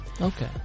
Okay